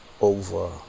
over